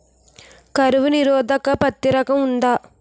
కరువు నిరోధక పత్తి రకం ఉందా?